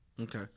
okay